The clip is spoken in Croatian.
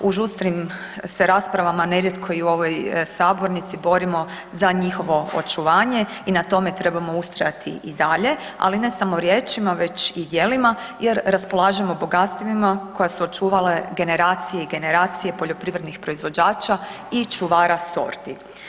U žustrim se raspravama, nerijetko i u ovoj sabornici borimo za njihovo očuvanje i na tome trebamo ustrajati i dalje, ali ne samo riječima već i djelima jer raspolažemo bogatstvima koja su očuvale generacije i generacije poljoprivrednih proizvođača i čuvara sorti.